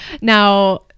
now